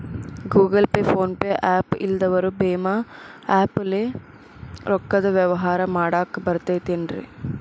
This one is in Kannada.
Google Pay, PhonePe app ಇಲ್ಲದವರು ಭೇಮಾ ಆ್ಯಪ್ ಲೇ ರೊಕ್ಕದ ವ್ಯವಹಾರ ಮಾಡಾಕ್ ಬರತೈತೇನ್ರೇ?